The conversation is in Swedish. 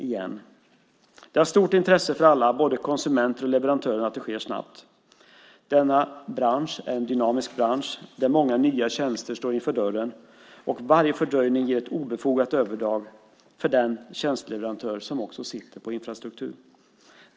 Det är av stort intresse för alla, både konsumenterna och leverantörerna, att detta sker snabbt. Denna bransch är en dynamisk bransch där många nya tjänster står för dörren, och varje fördröjning ger ett obefogat övertag för den tjänsteleverantör som också sitter på infrastrukturen.